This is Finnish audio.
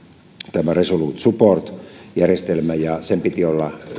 tämä resolute support järjestelmä ja sen piti olla